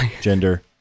gender